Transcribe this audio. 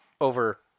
over